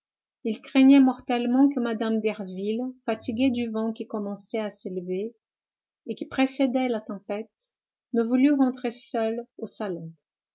il craignait mortellement que mme derville fatiguée du vent qui commençait à s'élever et qui précédait la tempête ne voulût rentrer seule au salon